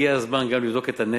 הגיע הזמן גם לבדוק את הנטל.